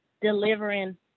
delivering